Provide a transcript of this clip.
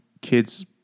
kids